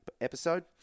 episode